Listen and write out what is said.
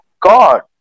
god